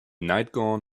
nightgown